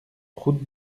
route